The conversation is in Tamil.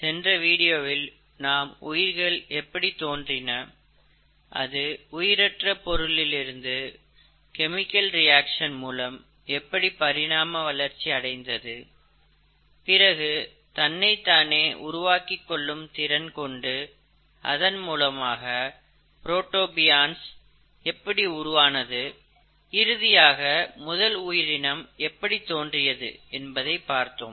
சென்ற வீடியோவில் நாம் உயிர்கள் எப்படி தோன்றின அது உயிரற்ற பொருளில் இருந்து கெமிக்கல் ரியாக்சன் மூலம் எப்படி பரிணாம வளர்ச்சி அடைந்தது பிறகு தன்னைத் தானே உருவாக்கிக்கொள்ளும் திறன் கொண்டு அதன் மூலமாக புரோட்டோபியான்ஸ் எப்படி உருவானது இறுதியாக முதல் உயிரினம் எப்படி தோன்றியது என்பதை பார்த்தோம்